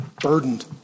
burdened